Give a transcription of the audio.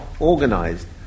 organised